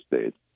States